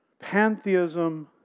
pantheism